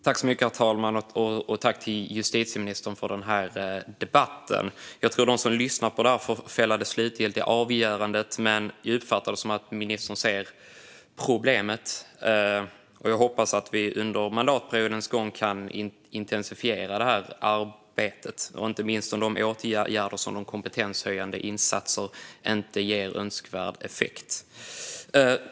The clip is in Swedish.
Herr talman! Jag tackar justitieministern för den här debatten. De som lyssnar på detta får väl fälla det slutgiltiga avgörandet, men jag uppfattar det som att ministern ser problemet. Jag hoppas att vi under mandatperiodens gång kan intensifiera detta arbete, inte minst om åtgärderna, till exempel kompetenshöjande insatser, inte ger önskvärd effekt.